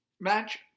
match